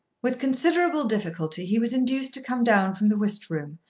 with considerable difficulty he was induced to come down from the whist room,